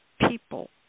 people